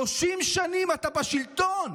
30 שנים אתה בשלטון,